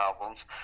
albums